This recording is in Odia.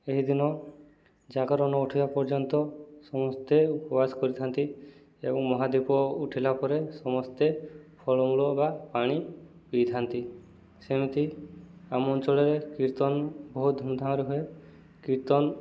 ଏହିଦିନ ଜାଗରଣ ଉଠିବା ପର୍ଯ୍ୟନ୍ତ ସମସ୍ତେ ଉପବାସ କରିଥାନ୍ତି ଏବଂ ମହାଦୀପ ଉଠିଲା ପରେ ସମସ୍ତେ ଫଳମୂଳ ବା ପାଣି ପିଇଥାନ୍ତି ସେମିତି ଆମ ଅଞ୍ଚଳରେ କୀର୍ତ୍ତନ ବହୁତ ଧୁମ୍ଧାମ୍ରେ ହୁଏ କୀର୍ତ୍ତନ